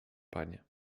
panie